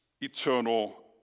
eternal